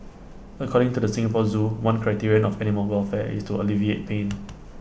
according to the Singapore Zoo one criteria of animal welfare is to alleviate pain